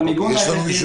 את המיגון.